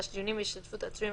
אצלנו.